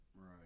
Right